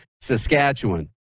Saskatchewan